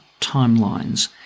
timelines